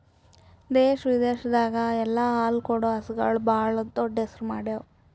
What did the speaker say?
ದೇಶ ವಿದೇಶದಾಗ್ ಎಲ್ಲ ಹಾಲು ಕೊಡೋ ಹಸುಗೂಳ್ ಭಾಳ್ ದೊಡ್ಡ್ ಹೆಸರು ಮಾಡ್ಯಾವು